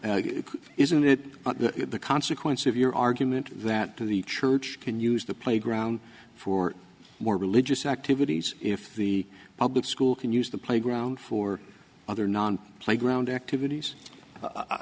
else isn't it the consequence of your argument that the church can use the playground for more religious activities if the public school can use the playground for other non playground activities i